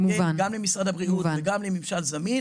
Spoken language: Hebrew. גם למשרד הבריאות וגם לממשל זמין.